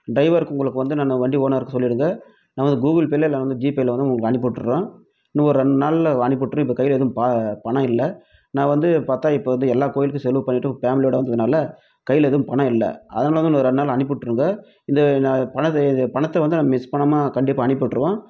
டிரைவருக்கு உங்களுக்கு நான் வந்து வண்டி ஓனர்க்கு சொல்லிடுங்கள் நான் வந்து கூகுள் பேல இல்லை வந்து ஜிபேல வந்து உங்களுக்கு அனுப்பி விட்டுர்றேன் இன்னும் ஒரு ரெண்டு நாள்ல அனுப்பி விட்டுர்றேன் இப்போ கையில எதுவும் ப பணம் இல்லை நான் வந்து பார்த்தா இப்போ வந்து எல்லா கோயிலுக்கும் செலவு பண்ணிட்டு பேமிலியோட வந்ததனால கைல எதுவும் பணம் இல்லை அதனால்தான் இன்னும் ஒரு ரெண்டு நாள்ல அனுப்பி விட்டுர்றேங்க இந்த நான் பண இது பணத்தை வந்து நான் மிஸ் பண்ணாமல் கண்டிப்பாக அனுப்பி விட்ருவோம்